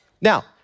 Now